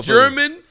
German